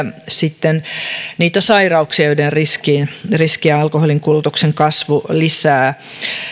sitten niitä sairauksia joiden riskiä alkoholinkulutuksen kasvu lisää